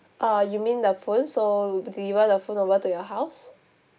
uh you mean the phone so we deliver the phone over to your house